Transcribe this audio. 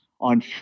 on